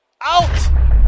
Out